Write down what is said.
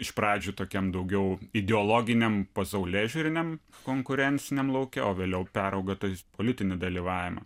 iš pradžių tokiam daugiau ideologiniam pasaulėžiūriniam konkurenciniam lauke o vėliau peraugo į politinį dalyvavimą